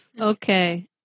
Okay